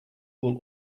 will